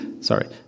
sorry